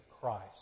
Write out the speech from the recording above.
Christ